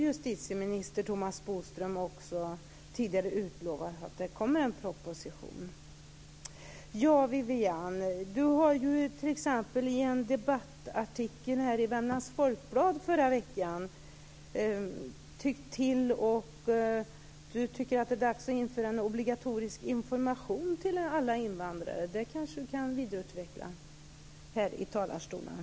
Justitieminister Thomas Bodström har tidigare också utlovat att det kommer en proposition. Viviann Gerdin har i en debattartikel i Värmlands Folkblad i förra veckan tyckt till om att det är dags att införa en obligatorisk information till alla invandrare. Det kanske Vivianne Gerdin kan utveckla här i talarstolen.